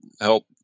help